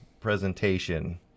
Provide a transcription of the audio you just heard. presentation